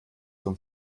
vom